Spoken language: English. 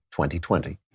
2020